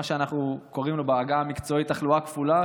מה שאנחנו קוראים לו בעגה המקצועית "תחלואה כפולה",